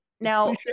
now